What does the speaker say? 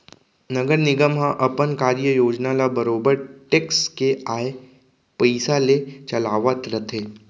नगर निगम ह अपन कार्य योजना ल बरोबर टेक्स के आय पइसा ले चलावत रथे